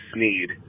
Sneed